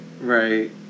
right